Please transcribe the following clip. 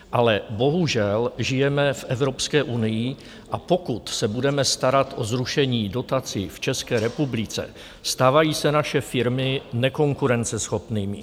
Ale bohužel žijeme v Evropské unii, a pokud se budeme starat o zrušení dotací v České republice, stávají se naše firmy nekonkurenceschopnými.